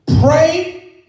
Pray